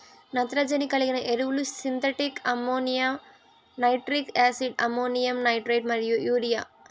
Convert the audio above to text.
నత్రజని కలిగిన ఎరువులు synthetic ammonia, nitric acid, ammonium nitrate మరియు యూరియా